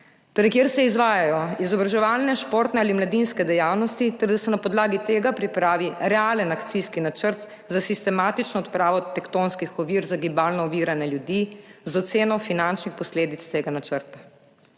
Torej, kjer se izvajajo izobraževalne, športne ali mladinske dejavnosti ter da se na podlagi tega pripravi realen akcijski načrt za sistematično odpravo tektonskih ovir za gibalno ovirane ljudi z oceno finančnih posledic tega načrta.